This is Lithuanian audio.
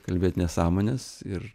kalbėt nesąmones ir